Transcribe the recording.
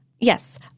Yes